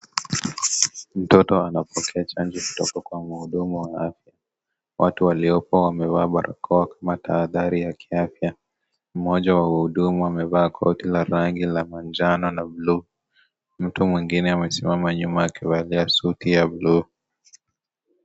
Mtoto ananpokea chanjo kutoka kwa mhudumu wa afya, watu waliopo wamevaa barakaoa kama tahafhari ya kiafya, mmoja wa wahudumu amevaa koti la rangi la manjano na bulu, mtu mwingine amesimama nyuma akivalia suti ya bulu.